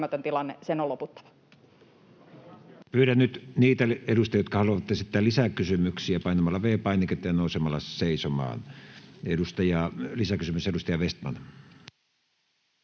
sen on loputtava.